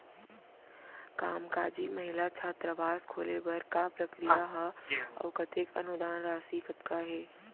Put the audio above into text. कामकाजी महिला छात्रावास खोले बर का प्रक्रिया ह अऊ कतेक अनुदान राशि कतका हे?